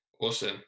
Awesome